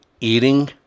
eating